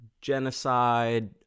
genocide